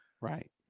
right